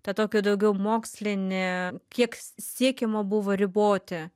tą tokią daugiau mokslinę kiek s siekiama buvo riboti